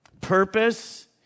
purpose